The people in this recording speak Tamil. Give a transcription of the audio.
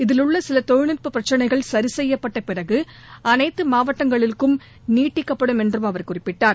இதில் உள்ள சில தொழில்நுட்ப பிரச்சினைகள் சி செய்யப்பட்ட பிறகு அனைத்து மாவட்டங்களுக்கும் நீட்டிக்கப்படும் என்றும் அவர் குறிப்பிட்டார்